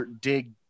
dig